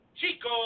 Chico